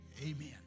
Amen